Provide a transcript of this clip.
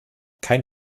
kein